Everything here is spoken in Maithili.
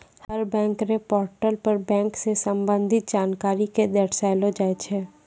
हर बैंक र पोर्टल पर बैंक स संबंधित जानकारी क दर्शैलो जाय छै